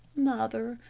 mother,